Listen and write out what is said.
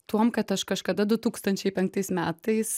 tuom kad aš kažkada du tūkstančiai penktais metais